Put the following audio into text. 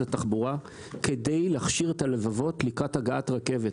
התחבורה כדי להכשיר את הלבבות לקראת הגעת רכבת.